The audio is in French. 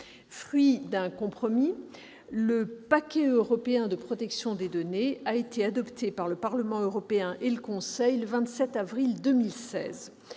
Fruit d'un compromis, le paquet européen « protection des données » a été adopté par le Parlement européen et le Conseil le 27 avril 2016.